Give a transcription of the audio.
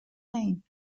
name